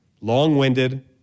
Long-winded